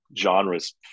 genres